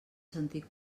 sentit